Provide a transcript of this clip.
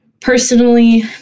Personally